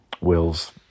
Wills